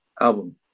album